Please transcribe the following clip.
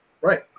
Right